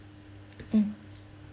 mm